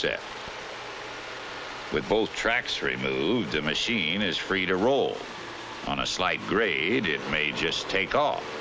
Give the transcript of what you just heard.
set with both tracks removed the machine is free to roll on a slight grade it may just take